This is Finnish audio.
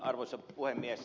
arvoisa puhemies